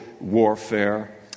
warfare